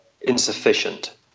insufficient